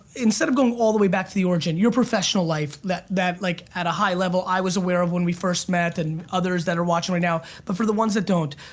instead of going all the way back to the origin, your professional life that that like at a high level i was aware of when we first met and others that are watching right now. but for the ones that don't,